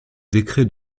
décrets